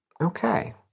Okay